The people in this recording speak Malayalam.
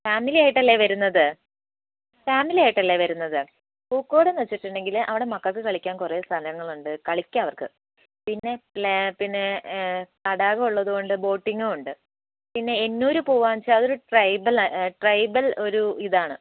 ഫാമിലി ആയിട്ടല്ലെ വരുന്നത് ഫാമിലി ആയിട്ടല്ലെ വരുന്നത് പൂക്കോടെന്ന് വച്ചിട്ടുണ്ടെങ്കിൽ അവിടെ മക്കൾക്ക് കളിക്കാൻ കുറേ സ്ഥലങ്ങളുണ്ട് കളിക്കാം അവർക്ക് പിന്നെ പിന്നെ തടാകം ഉള്ളതുകൊണ്ട് ബോട്ടിങ്ങും ഉണ്ട് പിന്നെ എന്നൂർ പോകുകയാണെന്ന് വെച്ചാൽ അതൊരു ട്രൈബൽ ട്രൈബൽ ഒരു ഇതാണ്